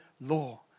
law